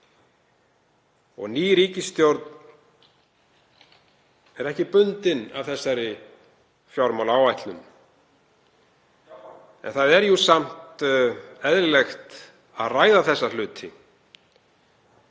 Ný ríkisstjórn er ekki bundin af þessari fjármálaáætlun en það er samt eðlilegt að ræða hlutina.